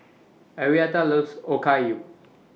Arietta loves Okayu